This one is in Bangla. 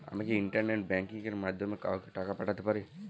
আমি কি ইন্টারনেট ব্যাংকিং এর মাধ্যমে কাওকে টাকা পাঠাতে পারি?